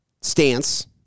stance